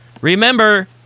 Remember